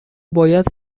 باید